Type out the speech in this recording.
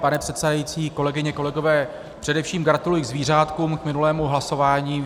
Pane předsedající, kolegyně, kolegové, především gratuluji k zvířátkům, k minulému hlasování.